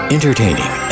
Entertaining